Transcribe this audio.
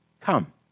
Come